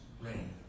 Rain